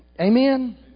Amen